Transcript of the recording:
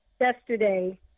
yesterday